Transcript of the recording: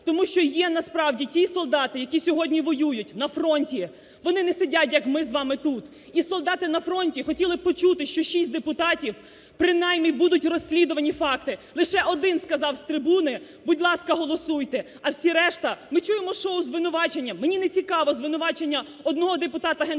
Тому що є насправді ті солдати, які сьогодні воюють на фронті, вони не сидять як ми з вами тут і солдати на фронті хотіли б почути, що шість депутатів, принаймні будуть розслідувані факти. Лише один сказав з трибуни:"Будь ласка, голосуйте". А всі решта? Ми чуємо шоу звинувачень, мені не цікаво звинувачення одного депутата Генпрокурора,